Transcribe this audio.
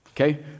okay